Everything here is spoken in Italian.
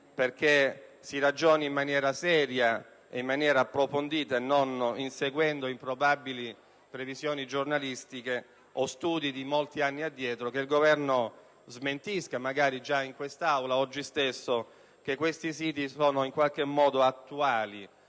perché si ragioni in maniera seria e approfondita, non inseguendo improbabili previsioni giornalistiche o studi di molti anni addietro, che il Governo smentisca, magari già in quest'Aula oggi stesso, che questi siti siano attuali